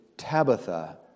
Tabitha